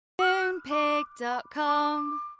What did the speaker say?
Moonpig.com